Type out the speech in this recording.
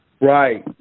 right